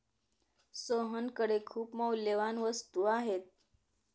सोहनकडे खूप मौल्यवान वस्तू आहे